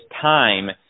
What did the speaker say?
time